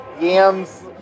yams